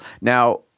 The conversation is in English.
Now